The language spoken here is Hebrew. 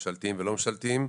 ממשלתיים ולא ממשלתיים.